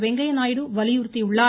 வெங்கய்ய நாயுடு வலியுறுத்தியுள்ளார்